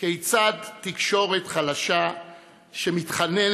כיצד תקשורת חלשה שמתחננת,